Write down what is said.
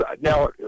now